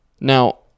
Now